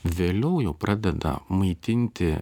vėliau jau pradeda maitinti